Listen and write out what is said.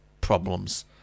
problems